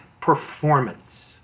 performance